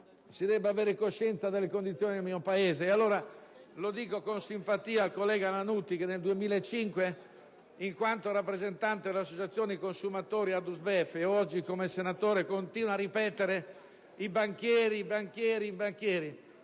che dobbiamo aver coscienza delle condizioni del mio Paese. Lo dico con simpatia al collega Lannutti, che nel 2005, in quanto rappresentante dell'associazione consumatori Adusbef e oggi come senatore continua a ripetere «i banchieri, i banchieri, i banchieri»: